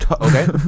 Okay